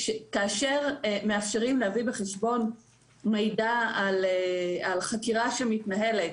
כאשר מאפשרים להביא בחשבון מידע על חקירה שמתנהלת,